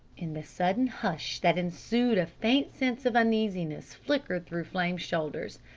in the sudden hush that ensued a faint sense of uneasiness flickered through flame's shoulders.